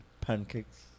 pancakes